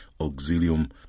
Auxilium